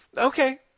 Okay